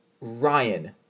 Ryan